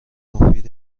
مفید